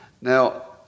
Now